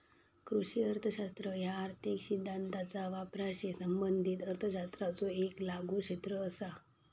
कृषी अर्थशास्त्र ह्या आर्थिक सिद्धांताचा वापराशी संबंधित अर्थशास्त्राचो येक लागू क्षेत्र असा